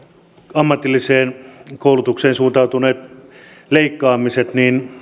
ammatilliseen koulutukseen suuntautuneet leikkaamiset